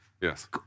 Yes